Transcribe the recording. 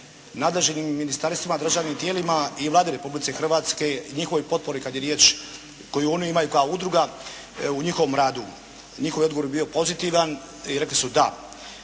nadležnim ministarstvima, državnim tijelima i Vladi Republike Hrvatske i njihovoj potpori kada je riječ koju oni imaju kao Udruga u njihovom radu. Njihov odgovor je bio pozitivan i rekli su "da".